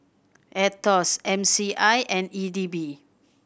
Aetos M C I and E D B